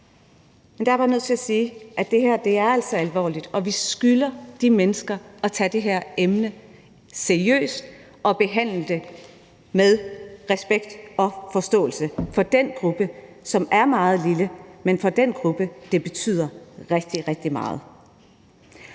men der er jeg bare nødt til at sige, at det her altså er alvorligt, og at vi skylder de mennesker at tage det her emne seriøst og behandle det med respekt og forståelse for den gruppe, som er meget lille, men som det også betyder rigtig, rigtig meget